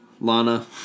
Lana